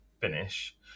finish